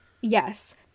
Yes